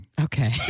Okay